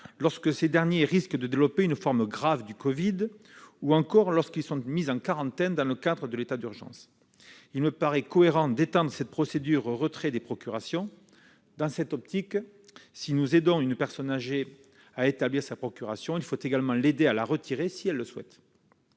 lorsque ces derniers risquent de développer une forme grave du Covid-19 ou qu'ils sont mis en quarantaine dans le cadre de l'état d'urgence sanitaire. Il me paraît cohérent d'étendre cette procédure au retrait des procurations. Dans cette perspective, si nous aidons une personne âgée à établir sa procuration, il faut également l'aider à la retirer si elle le souhaite.